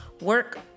work